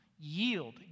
yield